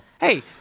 Hey